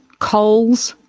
coles,